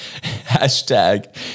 hashtag